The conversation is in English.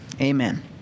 Amen